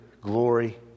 glory